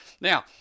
Now